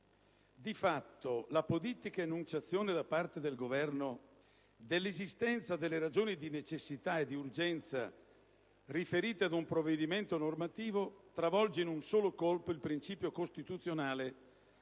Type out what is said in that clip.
Di fatto, l'apodittica enunciazione da parte del Governo dell'esistenza delle ragioni di necessità e di urgenza riferite ad un provvedimento normativo travolge in un solo colpo il principio costituzionale